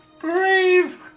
brave